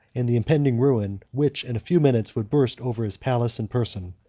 and the impending ruin, which, in a few minutes, would burst over his palace and person.